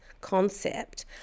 concept